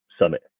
Summit